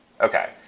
Okay